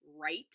right